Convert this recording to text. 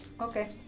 Okay